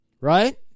right